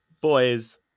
Boys